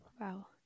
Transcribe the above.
wow